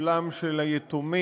אבלם של היתומים,